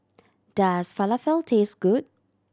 does Falafel taste good